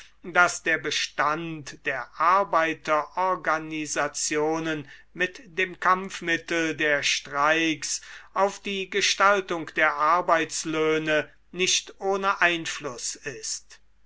daß der bestand der arbeiterorganisationen mit dem kampfmittel der streiks auf die gestaltung der arbeitslöhne nicht ohne einfluß ist